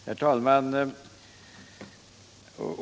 Herr talman!